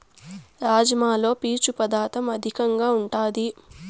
రాజ్మాలో పీచు పదార్ధం అధికంగా ఉంటాది